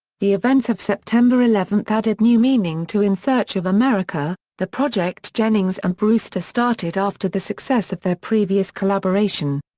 the events of september eleven added new meaning to in search of america, the project jennings and brewster started after the success of their previous collaboration.